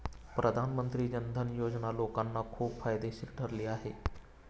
प्रधानमंत्री जन धन योजना लोकांना खूप फायदेशीर ठरली आहे